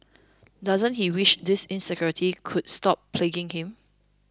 doesn't he wish these insecurities could stop plaguing him